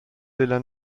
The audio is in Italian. della